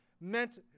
meant